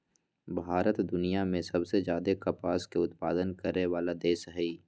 भारत दुनिया में सबसे ज्यादे कपास के उत्पादन करय वला देश हइ